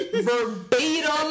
verbatim